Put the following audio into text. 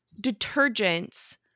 Detergents